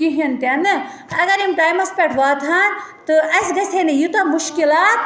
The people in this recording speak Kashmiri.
کِہیٖنۍ تہِ نہٕ اَگَر یِم ٹایمَس پٮ۪ٹھ واتہٕ ہَن تہٕ اَسہِ گَژھِ ہے نہٕ یوٗتاہ مُشکِلات